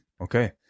Okay